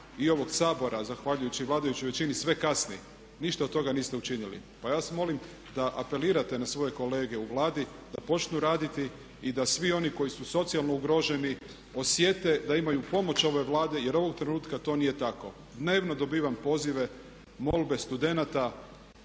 i ovog Sabora zahvaljujući vladajućoj većini sve kasni, ništa od toga niste učinili. Pa ja vas molim da apelirate na svoje kolege u Vladi da počnu raditi i da svi oni koji su socijalno ugroženi osjete da imaju pomoć ove Vlade jer ovog trenutka to nije tako. Dnevno dobivam pozive, molbe studenata,